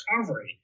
recovery